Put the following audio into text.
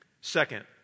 Second